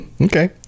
Okay